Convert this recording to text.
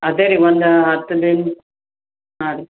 ಅದೇ ರೀ ಒಂದು ಹತ್ತು ದಿನ ಹಾಂ ರೀ